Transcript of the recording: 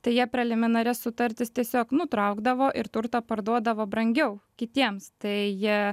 tai jie preliminarias sutartis tiesiog nutraukdavo ir turtą parduodavo brangiau kitiems tai jie